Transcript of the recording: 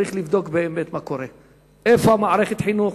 צריך לבדוק באמת מה קורה, איפה מערכת החינוך.